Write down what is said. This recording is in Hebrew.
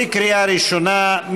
בקריאה ראשונה.